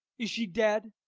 is she dead?